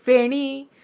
feni